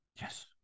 Yes